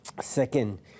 Second